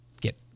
get